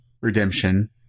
redemption